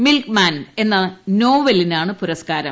milkman എന്ന നോവലിനാണ് പുരസ്കാരം